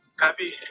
happy